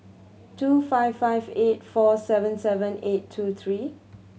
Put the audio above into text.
two five five eight four seven seven eight two three